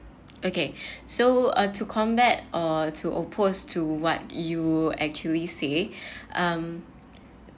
okay so uh to combat or to oppose to what you actually say um